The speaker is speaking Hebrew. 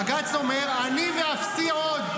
בג"ץ אומר: אני ואפסי עוד.